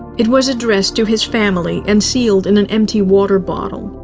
it was addressed to his family and sealed in an empty water bottle.